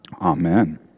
Amen